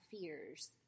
fears